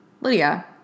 Lydia